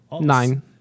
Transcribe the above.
Nine